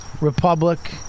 Republic